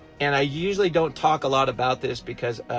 and i usually don't talk a lot about this because,